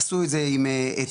עשו את זה עם תכנים,